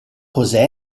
josé